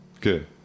good